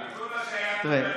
גם עם כל מה שהיה פה בליכוד,